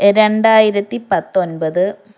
രണ്ടായിരത്തി പത്തൊൻപത്